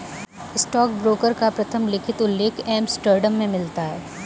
stockbroker का प्रथम लिखित उल्लेख एम्स्टर्डम में मिलता है